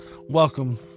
welcome